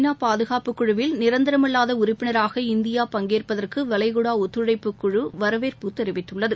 நா பாதுகாப்பு குழுவில் நிரந்தரமல்லாத உறுப்பினராக இந்தியா பங்கேற்பதற்கு வளைகுடா ஒத்துழைப்பு குழு வரவேற்பு தெரிவித்துள்ளது